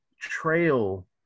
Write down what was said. trail